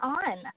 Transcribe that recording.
on